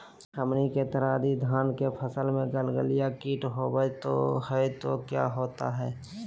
हमनी के तरह यदि धान के फसल में गलगलिया किट होबत है तो क्या होता ह?